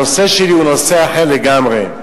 הנושא שלי הוא נושא אחר לגמרי.